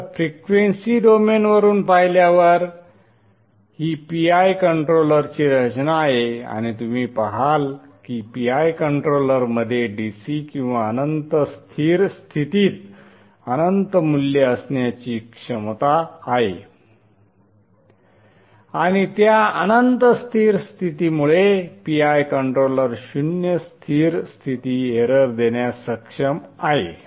तर फ्रिक्वेंसी डोमेनवरून पाहिल्यावर ही PI कंट्रोलरची रचना आहे आणि तुम्ही पाहाल की PI कंट्रोलरमध्ये DC किंवा अनंत स्थिर स्थितीत अनंत मूल्य असण्याची क्षमता आहे आणि त्या अनंत स्थिर स्थितीमुळे PI कंट्रोलर शून्य स्थिर स्थिती एरर देण्यास सक्षम आहे